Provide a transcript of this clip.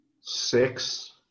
six